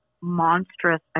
monstrous